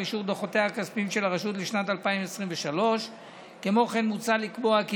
אישור דוחותיה הכספיים של הרשות לשנת 2023. כמו כן מוצע לקבוע כי